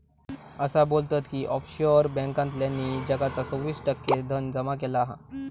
असा बोलतत की ऑफशोअर बॅन्कांतल्यानी जगाचा सव्वीस टक्के धन जमा केला हा